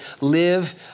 live